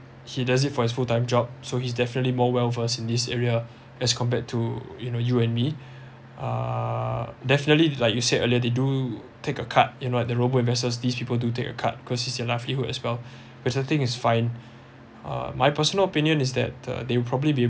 he does it for his full time job so he's definitely more well of us in this area as compared to you know you and me uh definitely like you said earlier they do take a cut in what the robo investors these people do take a cut cause it's their livelihood as well which I think is fine uh my personal opinion is that the they would probably be